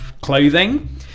clothing